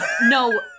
no-